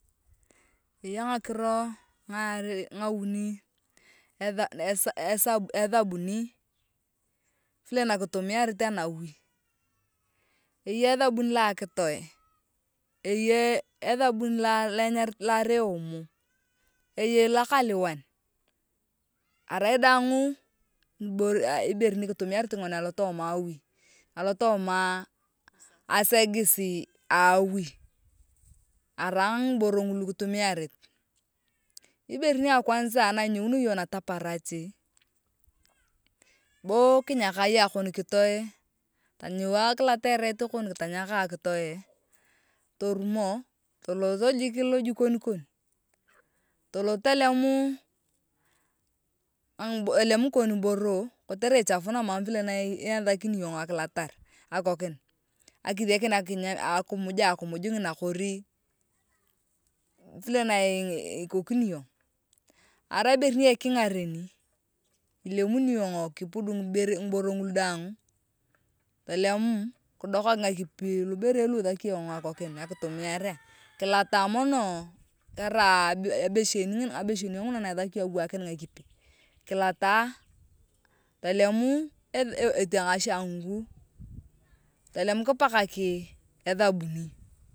Eya ngakiro ngarei ngauni esa esa esa ethabuni vile nakitumiarit anawi eyei ethabuni la akitoe eyei ethabuni la arai eeme efilakeliwan arai daangu iber ibere nikitumiant ng’on alootoma awi alotooma asegisi aawi arai ngiboro ngulu kitumiarit ibore ni akwanza na inyounio yong nataparach bo kinyaka yong akon kitoe tontua kilata ereet kon torumo tolot jik lojikon kon tolot toleem tolem ngikon boro kotere ichafuna mam kwana ithikina yong akinyamia akinya ngina kori vilena ikokini iyong arai ibere ni ekingaren ilemuni yong kipud ngiboro ngulu daang tolem kidokak ngakipi loberei lu ithaki iyong akitumiare kilata mono karai abeshen ngabesheneo nguna na ithaki yong akiwakin ngakipi kilata tolem kipakak esabuni atamar kitemokino ngethi akimuj neke bon itee atamar kainak ngethi itwaan niche iwethekeni kingarakin ngini noi kori kikook ai kimie tu atoting ibore eee arai ngethi bon emuj bon apei kwaar abu akuj nak ngethi edeke todekan mam anyoun mam akikokinai mam itaan elak ngeth kiboyoto ngitunga kibookin itwaan ngilapio lukalaak kishanganathi ngitunga eeee be nyetakini bo itwaan be ati mam tani elemuni tani atamar eyei nibe ati togolokina nakai.